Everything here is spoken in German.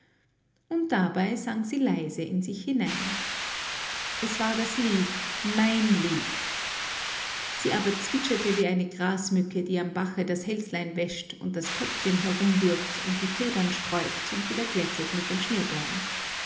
und dabei sang sie leise in sich hinein es war das lied mein lied sie aber zwitscherte wie eine grasmücke die am bache das hälslein wäscht und das köpfchen herumwirft und die federn sträubt und wieder glättet mit dem